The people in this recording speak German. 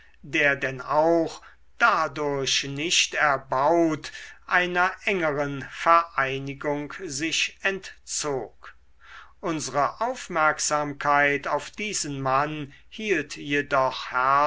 der denn auch dadurch nicht erbaut einer engeren vereinigung sich entzog unsere aufmerksamkeit auf diesen mann hielt jedoch